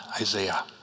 Isaiah